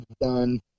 done